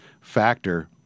factor